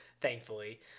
thankfully